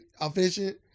efficient